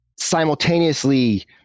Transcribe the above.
Simultaneously